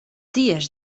ties